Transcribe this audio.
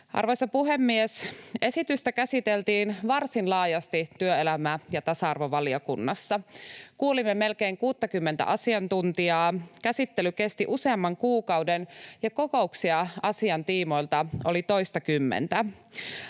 Arvoisa puhemies! Esitystä käsiteltiin varsin laajasti työelämä- ja tasa-arvovaliokunnassa. Kuulimme melkein 60:tä asiantuntijaa, käsittely kesti useamman kuukauden, ja kokouksia asian tiimoilta oli toistakymmentä.